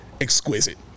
exquisite